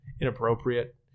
inappropriate